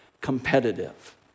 competitive